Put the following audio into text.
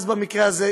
במקרה הזה,